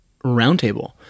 Roundtable